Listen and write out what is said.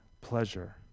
pleasure